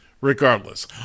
Regardless